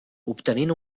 obtenint